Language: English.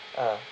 ah